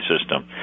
system